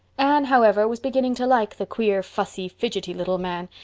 anne, however, was beginning to like the queer, fussy, fidgety little man,